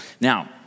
Now